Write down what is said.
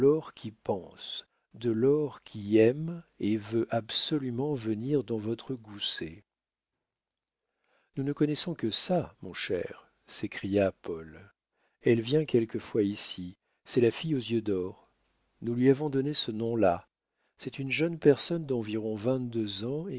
qui pense de l'or qui aime et veut absolument venir dans votre gousset nous ne connaissons que ça mon cher s'écria paul elle vient quelquefois ici c'est la fille aux yeux d'or nous lui avons donné ce nom-là c'est une jeune personne d'environ vingt-deux ans